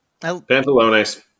Pantalones